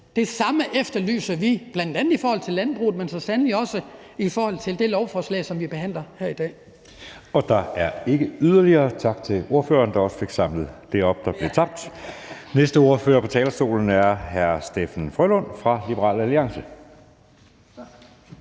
Det samme efterlyser vi i forhold til bl.a. landbruget, men så sandelig også i forhold til det lovforslag, som vi behandler her i dag. Kl. 14:08 Anden næstformand (Jeppe Søe): Der er ikke yderligere. Tak til ordføreren, der også fik samlet det, der blev tabt, op. Den næste ordfører på talerstolen er hr. Steffen W. Frølund fra Liberal Alliance.